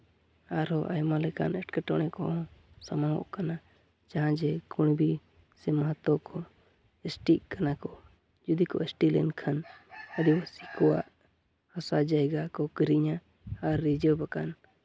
ᱟᱨᱦᱚᱸ ᱟᱭᱢᱟ ᱞᱮᱠᱟᱱ ᱮᱴᱠᱮᱴᱚᱬᱮ ᱠᱚᱦᱚᱸ ᱥᱟᱢᱟᱝᱚᱜ ᱠᱟᱱᱟ ᱡᱟᱦᱟᱸᱭ ᱡᱮ ᱠᱩᱬᱵᱤ ᱥᱮ ᱢᱟᱦᱟᱛᱚ ᱠᱚ ᱮᱥᱴᱤᱜ ᱠᱟᱱᱟ ᱠᱚ ᱡᱩᱫᱤ ᱠᱚ ᱮᱹᱥ ᱴᱤ ᱞᱮᱱᱠᱷᱟᱱ ᱟᱹᱫᱤᱵᱟᱹᱥᱤ ᱠᱚᱣᱟᱜ ᱦᱟᱥᱟ ᱡᱟᱭᱜᱟ ᱠᱚ ᱠᱤᱨᱤᱧᱟ ᱟᱨ ᱨᱤᱡᱟᱹᱵᱽ ᱟᱠᱟᱱ